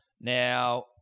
Now